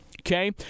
Okay